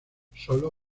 solo